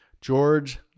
George